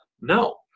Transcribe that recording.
No